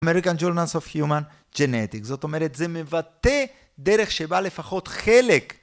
אמריקן ג'ורננס אוף היאמן ג'נטיק, זאת אומרת זה מבטא דרך שבה לפחות חלק